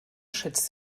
schätzt